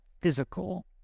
physical